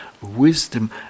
wisdom